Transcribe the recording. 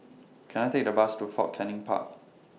Can I Take The Bus to Fort Canning Park